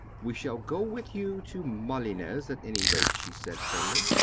we shall go with you to malines, at any rate, she said firmly.